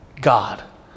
god